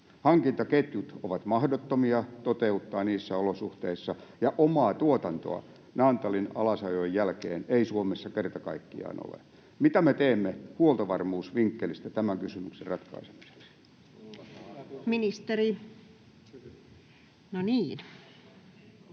Hankintaketjut ovat mahdottomia toteuttaa niissä olosuhteissa, ja omaa tuotantoa Naantalin alasajon jälkeen ei Suomessa kerta kaikkiaan ole. Mitä me teemme huoltovarmuusvinkkelistä tämän kysymyksen ratkaisemiseksi?